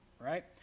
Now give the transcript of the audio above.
right